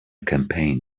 campaign